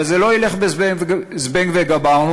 אבל זה לא ילך ב"זבנג וגמרנו",